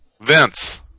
Vince